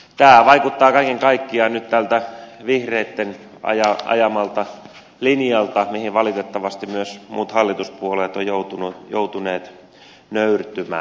tämä vaikuttaa kaiken kaikkiaan nyt tältä vihreitten ajamalta linjalta mihin valitettavasti myös muut hallituspuolueet ovat joutuneet nöyrtymään